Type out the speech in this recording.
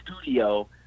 studio